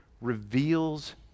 reveals